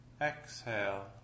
Exhale